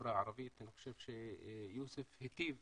לחברה הערבית אני חושב שיוסף היטיב